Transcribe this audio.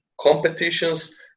Competitions